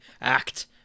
act